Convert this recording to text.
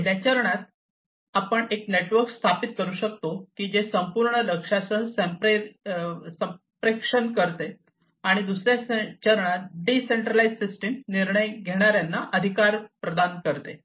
पहिल्या चरणात आपण एक नेटवर्क स्थापित करू शकतो जे की संपूर्ण लक्ष्यासह संप्रेषण करते आणि दुसर्या चरणात डीसेंट्रलाइज सिस्टीम निर्णय घेणार्यांना अधिकार प्रदान करते